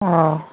অঁ